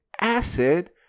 acid